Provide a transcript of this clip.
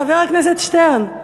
חבר הכנסת שטרן,